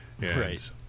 Right